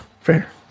Fair